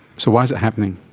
so why is it happening?